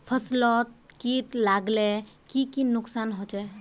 फसलोत किट लगाले की की नुकसान होचए?